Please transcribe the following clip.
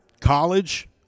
College